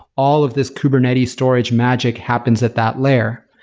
all of these kubernetes storage magic happens at that layer.